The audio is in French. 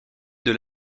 d’un